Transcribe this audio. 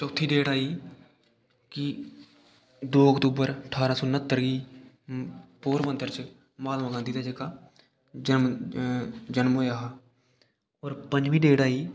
चौथी डेट आई कि दो अक्तूबर ठारां सौ नह्त्तर गी पोरबन्दर च महात्मा गांधी दा जेह्का जमन जनम होएया हा होर पंजमी डेट आई